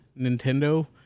Nintendo